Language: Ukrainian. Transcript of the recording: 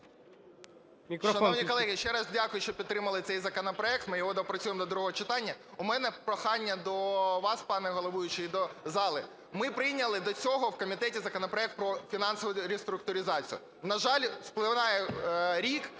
Шановні колеги, ще раз дякую, що підтримали цей законопроект, ми його доопрацюємо до другого читання. В мене прохання до вас, пане головуючий, і до зали. Ми прийняли до цього в комітеті законопроект про фінансову реструктуризацію. На жаль, спливає рік,